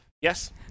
Yes